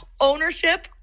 ownership